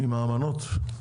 עם האמנות?